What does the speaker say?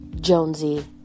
Jonesy